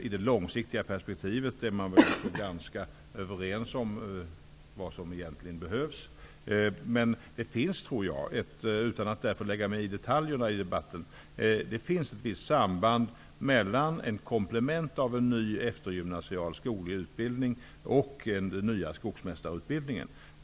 I det långsiktiga perspektivet är man väl ganska överens om vad som egentligen behövs. Utan att lägga mig i detaljerna i debatten skulle jag vilja säga att det finns ett visst samband mellan ett komplement i form av en ny eftergymnasial skoglig utbildning och den nya skogsmästarutbildningen.